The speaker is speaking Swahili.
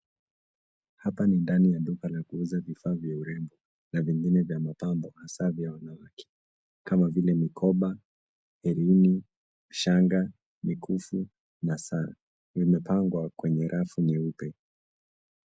Hapa ni ndani ya duka la kuuza vifaa vya urembo na vingine vya mapambo hasa vya wanawake kama vile mikoba, herini, shanga, mikufu na saa. Zimepangwa kwenye rafu nyeupe.